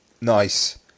Nice